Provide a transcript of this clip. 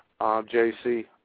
JC